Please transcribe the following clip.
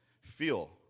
feel